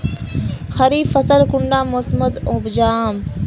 खरीफ फसल कुंडा मोसमोत उपजाम?